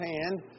hand